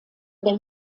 der